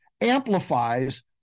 amplifies